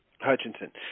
Hutchinson